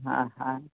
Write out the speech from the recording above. हा हा